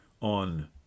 on